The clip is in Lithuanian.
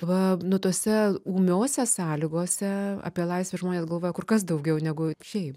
va nu tose ūmiosiose sąlygose apie laisvę žmonės galvoja kur kas daugiau negu šiaip